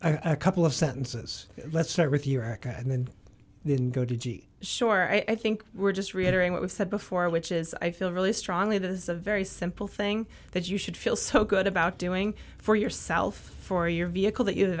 in a couple of sentences let's start with iraq and then go to g sure i think we're just reiterating what we've said before which is i feel really strongly that is a very simple thing that you should feel so good about doing for yourself for your vehicle that you